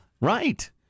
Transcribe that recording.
Right